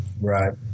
Right